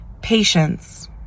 Patience